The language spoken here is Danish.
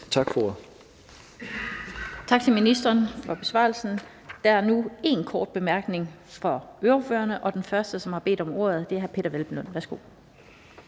Lind): Tak til ministeren for besvarelsen. Der er nu en kort bemærkning fra ordførerne, og den første, som har bedt om ordet, er hr. Peder Hvelplund. Værsgo.